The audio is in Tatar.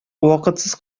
вакытсыз